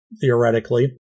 theoretically